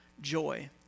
joy